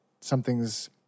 Something's